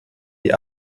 die